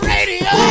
Radio